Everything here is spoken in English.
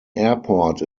airport